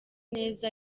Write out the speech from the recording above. neza